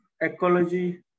ecology